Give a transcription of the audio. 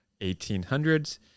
1800s